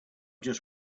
just